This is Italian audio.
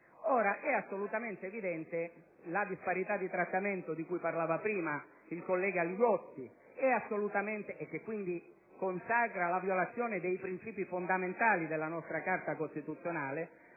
Ora, è assolutamente evidente la disparità di trattamento di cui ha parlato il collega Li Gotti, che quindi consacra la violazione dei principi fondamentali della nostra Carta costituzionale;